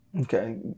Okay